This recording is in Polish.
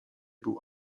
był